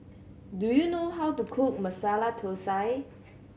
do you know how to cook Masala Thosai